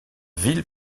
ville